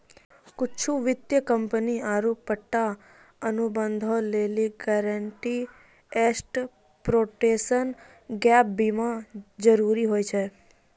कुछु वित्तीय कंपनी आरु पट्टा अनुबंधो लेली गारंटीड एसेट प्रोटेक्शन गैप बीमा जरुरी होय छै